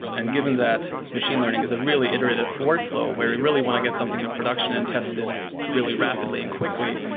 and given that machine learning is a really iterative workflow where we really want to get something in production and tested really rapidly and quickly,